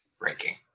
ranking